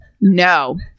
No